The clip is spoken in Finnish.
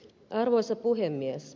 arvoisa puhemies